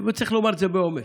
אבל צריך לומר את זה באומץ: